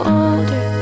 older